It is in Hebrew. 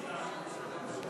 50 נגד,